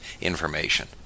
information